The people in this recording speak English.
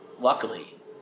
luckily